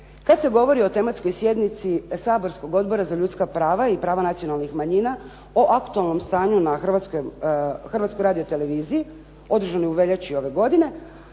Kad se govori o tematskoj sjednici saborskog Odbora za ljudska prava i prava nacionalnih manjina o aktualnom stanju na Hrvatskoj radioteleviziji održanoj u veljači ove godine,